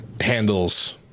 handles